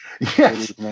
Yes